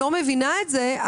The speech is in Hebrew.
לא מבינה את זה,